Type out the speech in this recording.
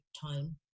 time